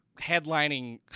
headlining